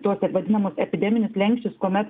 tuos taip vadinamus epideminius slenksčius kuomet